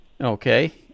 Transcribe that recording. Okay